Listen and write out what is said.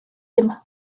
him